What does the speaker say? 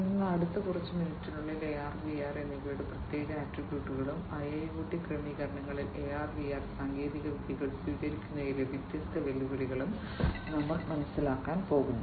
അതിനാൽ അടുത്ത കുറച്ച് മിനിറ്റുകളിൽ AR VR എന്നിവയുടെ പ്രത്യേക ആട്രിബ്യൂട്ടുകളും IIoT ക്രമീകരണങ്ങളിൽ AR VR സാങ്കേതികവിദ്യകൾ സ്വീകരിക്കുന്നതിലെ വ്യത്യസ്ത വെല്ലുവിളികളും ഞങ്ങൾ മനസ്സിലാക്കാൻ പോകുന്നു